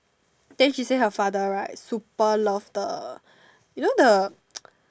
then she say her father right super love the you know the